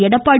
Edappadi